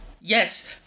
Yes